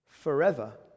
forever